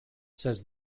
says